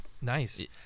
nice